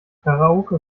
karaoke